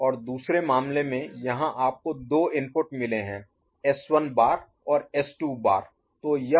और दूसरे मामले में यहाँ आपको 2 इनपुट मिले हैं एस 1 बार और एस 2 बार